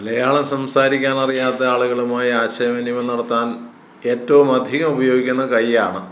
മലയാളം സംസാരിക്കാൻ അറിയാത്ത ആളുകളുമായി ആശയ വിനിമയം നടത്താൻ ഏറ്റവും അധികം ഉപയോഗിക്കുന്നത് കൈയ്യാണ്